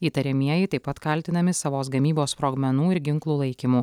įtariamieji taip pat kaltinami savos gamybos sprogmenų ir ginklų laikymu